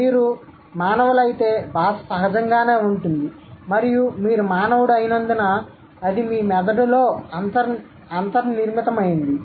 మీరు మానవులైతే భాష సహజంగానే ఉంటుంది మరియు మీరు మానవుడు అయినందున అది మీ మెదడులో అంతర్నిర్మితమైంది